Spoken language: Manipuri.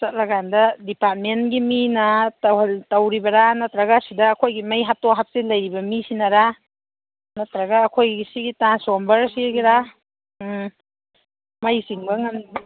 ꯆꯠꯂ ꯀꯥꯟꯗ ꯗꯤꯄꯥꯔꯠꯃꯦꯟꯒꯤ ꯃꯤꯅ ꯇꯧꯔꯤꯕꯔꯥ ꯅꯠꯇ꯭ꯔꯒ ꯁꯤꯗ ꯑꯩꯈꯣꯏꯒꯤ ꯃꯩ ꯍꯥꯞꯇꯣꯛ ꯍꯥꯞꯆꯤꯟ ꯂꯩꯔꯤꯕ ꯃꯤꯁꯤꯅꯔꯥ ꯅꯠꯇ꯭ꯔꯒ ꯑꯩꯈꯣꯏꯒꯤ ꯁꯤꯒꯤ ꯇ꯭ꯔꯥꯟꯁꯐꯣꯔꯃꯔ ꯁꯤꯒꯤꯔꯥ ꯎꯝ ꯃꯩ ꯆꯤꯡꯕ ꯉꯝꯗ꯭ꯔꯤꯁꯦ